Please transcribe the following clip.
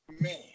man